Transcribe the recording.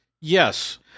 Yes